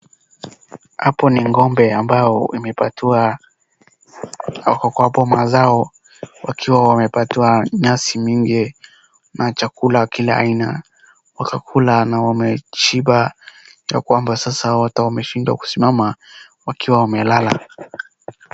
Hapo ning'ombe ambayo imepatiwa, hapo kwa boma zao wakiwa wamepatiwa nyasi mingi na chakula kila aina, wamekula na wameshiba ya kwamba saa hata wameshindwa kusimama wakiwa wamelala.